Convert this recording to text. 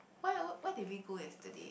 where where did we go yesterday